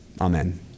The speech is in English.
Amen